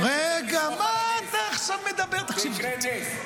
שצריך לסמוך על הנס שיקרה.